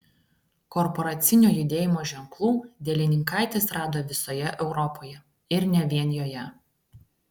korporacinio judėjimo ženklų dielininkaitis rado visoje europoje ir ne vien joje